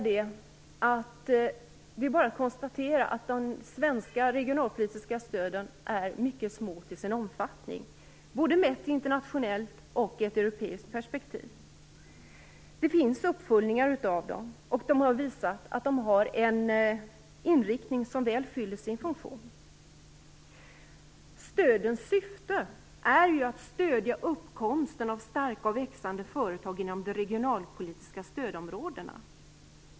Det är bara att konstatera att de svenska regionalpolitiska stöden är mycket små till sin omfattning, mätt både internationellt och i europeiskt perspektiv. Det finns uppföljningar av stöden som har visat att de har en inriktning som väl fyller sin funktion. Syftet med dem är ju att stödja uppkomsten av starka och växande företag inom det regionalpolitiska stödområdena.